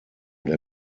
der